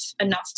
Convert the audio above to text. enough